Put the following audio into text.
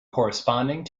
corresponding